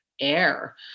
air